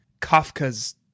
Kafka's